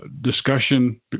discussion